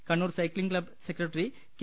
Kannur cycling club secretary K